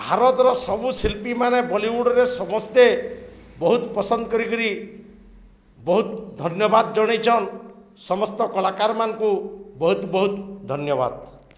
ଭାରତର ସବୁ ଶିଲ୍ପୀମାନେ ବଲିଉଡ଼ରେ ସମସ୍ତେ ବହୁତ ପସନ୍ଦ କରିକିରି ବହୁତ ଧନ୍ୟବାଦ୍ ଜଣେଇଛନ୍ ସମସ୍ତ କଳାକାରମାନଙ୍କୁ ବହୁତ ବହୁତ ଧନ୍ୟବାଦ୍